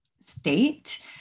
state